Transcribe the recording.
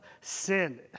sin